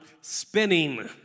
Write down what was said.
spinning